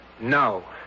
No